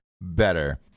better